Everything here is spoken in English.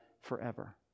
forever